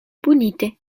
punite